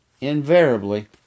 invariably